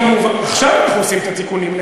עכשיו אנחנו עושים את התיקונים.